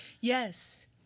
Yes